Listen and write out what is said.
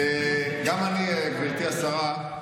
גם אני, גברתי השרה,